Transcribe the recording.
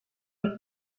main